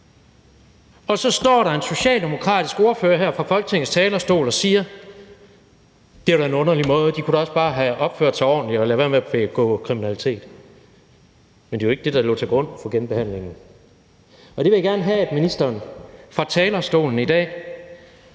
og så står der en socialdemokratisk ordfører her fra Folketingets talerstol og siger, at det da var en underlig måde, og at de også bare kunne have opført sig ordentligt og ladet være med at begå kriminalitet. Men det var ikke det, der lå til grund for genbehandlingen, og det vil jeg gerne have at ministeren fra talerstolen i dag